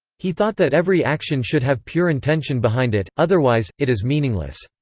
he thought that every action should have pure intention behind it otherwise, it is meaningless.